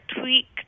tweaked